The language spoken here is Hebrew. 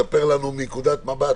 ספר לנו מנקודת המבט